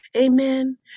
Amen